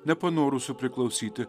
nepanorusių priklausyti